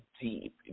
deep